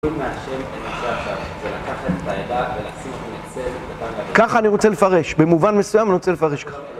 כך אני רוצה לפרש, במובן מסוים אני רוצה לפרש ככה